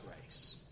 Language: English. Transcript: grace